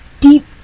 deep